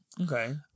Okay